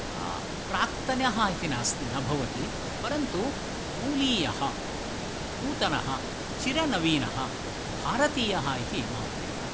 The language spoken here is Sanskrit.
प्राक्तनः इति नास् न भवति परन्तु मूलीयः नूतनः चिरनवीनः भारतीयः इति मम कृते भाति